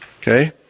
Okay